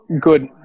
good